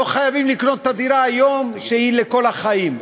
לא חייבים לקנות היום את הדירה שתהיה לכל החיים.